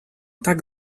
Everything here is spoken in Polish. tak